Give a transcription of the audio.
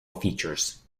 features